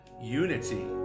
unity